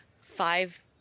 five